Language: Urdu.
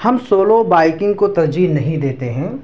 ہم سولو بائکنگ کو ترجیح نہیں دیتے ہیں